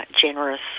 generous